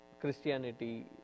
Christianity